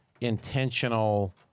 intentional